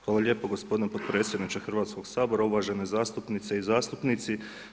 Hvala lijepo gospodine potpredsjedniče Hrvatskog sabora, uvažene zastupnice i zastupnici.